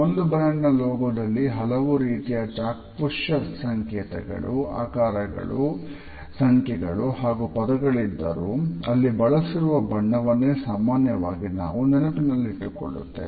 ಒಂದು ಬ್ರಾಂಡ್ ನ ಲೋಗೋದಲ್ಲಿ ಹಲವು ರೀತಿಯ ಚಾಕ್ಷುಷ ಸಂಕೇತಗಳು ಆಕಾರಗಳು ಸಂಖ್ಯೆಗಳು ಹಾಗೂ ಪದಗಳಿದ್ದರೂ ಅಲ್ಲಿ ಬಳಸಿರುವ ಬಣ್ಣವನ್ನೇ ಸಾಮಾನ್ಯವಾಗಿ ನಾವು ನೆನಪಿನಲ್ಲಿಟ್ಟುಕೊಳ್ಳುತ್ತೇವೆ